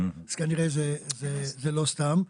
אז כנראה שזה לא סתם.